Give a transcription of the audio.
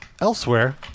Elsewhere